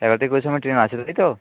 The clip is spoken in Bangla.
এগারো তারিখ ওই সময় ট্রেন আছে তাই তো